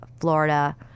florida